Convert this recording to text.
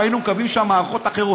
היינו מקבלים שם מערכות אחרות,